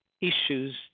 issues